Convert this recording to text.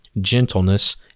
gentleness